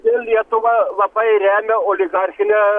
ir lietuva labai remia oligarchinę